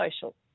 social